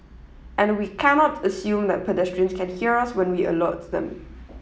and we cannot assume that pedestrians can hear us when we alert them